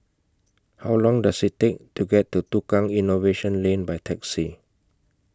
How Long Does IT Take to get to Tukang Innovation Lane By Taxi